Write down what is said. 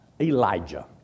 Elijah